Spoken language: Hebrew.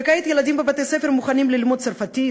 וכעת ילדים בבתי-ספר מוכנים ללמוד צרפתית,